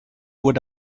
what